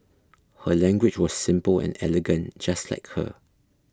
her language was simple and elegant just like her